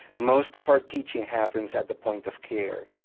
most of our teaching happens at the point of care.